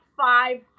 five